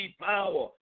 power